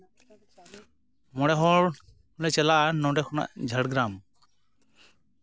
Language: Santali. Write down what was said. ᱢᱚᱬᱮ ᱦᱚᱲᱞᱮ ᱪᱟᱞᱟᱜᱼᱟ ᱱᱚᱸᱰᱮ ᱠᱷᱚᱱᱟᱜ ᱡᱷᱟᱲᱜᱨᱟᱢ